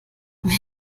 wer